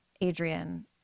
Adrian